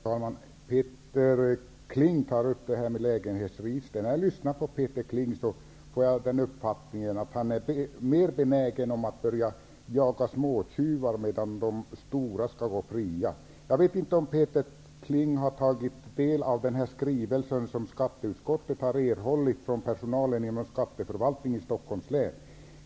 Herr talman! Peter Kling tog upp frågan om lägenhetsregister. När jag lyssnade till Peter Kling fick jag uppfattningen att han är mer benägen att börja jaga småtjuvar än de stora som får gå fria. Jag vet inte om Peter Kling har tagit del av den skrivelse som skatteutskottet har erhållit från personalen inom skatteförvaltningen i Stockholms län.